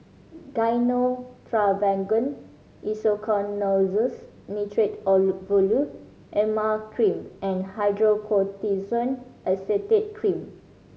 Gyno Travogen Isoconazoles Nitrate Ovule Emla Cream and Hydrocortisone Acetate Cream